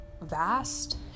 vast